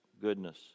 goodness